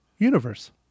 Universe